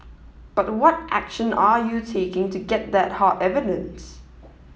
but what action are you taking to get that hard evidence